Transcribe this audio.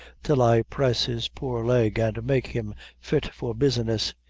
till i dress his poor leg, and make him fit for business.